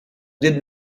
did